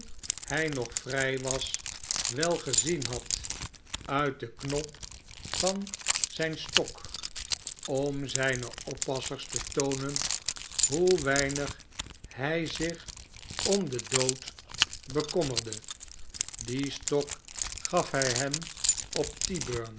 hij toenhm nog vrij was wel gezien had uit den knop van zijn stok om zijnfr oppassers te toonen hoe weinig hij zich om den dood bekommerde dien stok gaf hij hem op tyburn